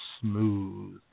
smooth